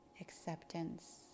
acceptance